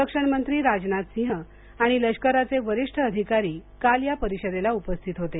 संरक्षण मंत्री राजनाथ सिंह आणि लष्कराचे वरिष्ठ अधिकारी काल या परिषदेला उपस्थित होते